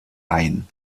ein